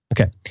Okay